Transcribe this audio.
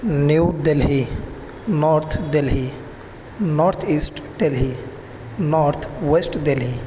new Delhi north Delhi north east Delhi north west Delhi